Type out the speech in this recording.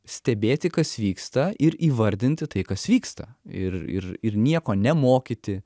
stebėti kas vyksta ir įvardinti tai kas vyksta ir ir ir nieko nemokyti